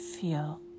feel